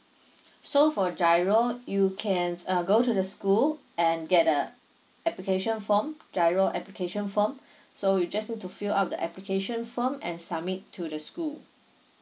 so for giro you can uh go to the school and get the application form giro application form so you just need to fill up the application form and submit to the school